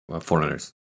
foreigners